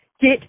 Get